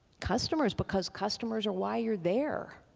customers, because customers are why you're there.